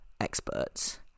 experts